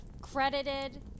credited